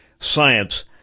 science